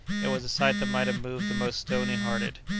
it was a sight that might have moved the most stony-hearted,